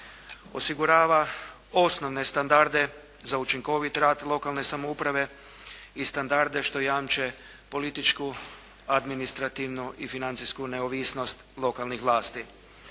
Osigurava osnovne standarde za učinkovit rad lokalne samouprave i standarde što jamče političku, administrativnu i financijsku neovisnost lokalnih vlasti.